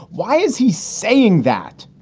why is he saying that?